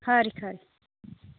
खरी खरी